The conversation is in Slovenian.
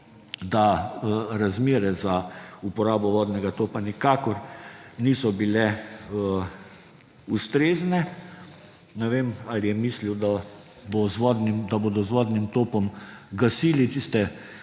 da razmere za uporabo vodnega topa nikakor niso bile ustrezne. Ne vem, ali je mislil, da bodo z vodnim topom gasili tiste